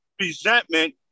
resentment